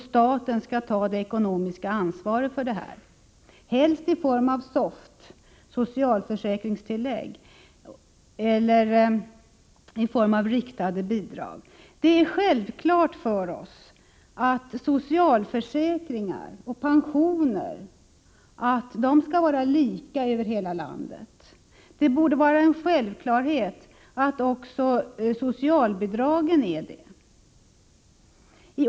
Staten skall ta det ekonomiska ansvaret för detta, helst i form av SOFT -— socialförsäkringstilllägg — eller i form av riktade bidrag. Det är självklart för oss att socialförsäkringar och pensioner skall vara lika över hela landet. Det borde vara en självklarhet att också socialbidragen är det.